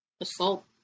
assault